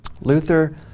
Luther